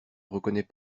reconnaît